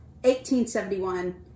1871